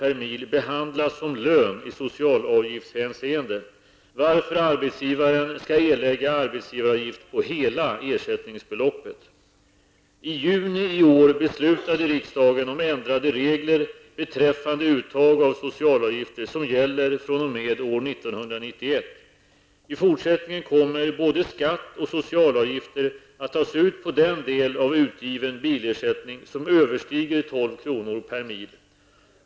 per mil behandlas som lön i socialavgiftshänseende, varför arbetsgivaren skall erlägga arbetsgivaravgift på hela ersättningsbeloppet. I juni i år beslutade riksdagen om ändrade regler beträffande uttag av socialavgifter som gäller fr.o.m. år 1991. I fortsättningen kommer både skatt och socialavgifter att tas ut på den del av utgiven bilersättning som överstiger 12 kr. per mil.